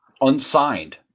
unsigned